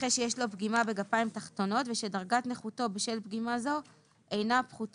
נכה שיש לו פגימה בגפיים התחתונות ושדרגת נכותו בשל פגימה זו אינה פחות